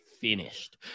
finished